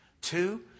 Two